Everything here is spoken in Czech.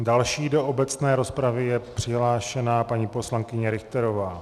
Další do obecné rozpravy je přihlášena paní poslankyně Richterová.